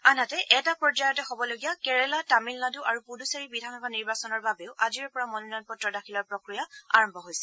আনহাতে এটা পৰ্যায়তে হবলগীয়া কেৰালা তামিলনাডু আৰু পুডুচেৰী বিধানসভা নিৰ্বাচনৰ বাবেও আজিৰে পৰা মনোনয়ন পত্ৰ দাখিলৰ প্ৰক্ৰিয়া আৰম্ভ হৈছে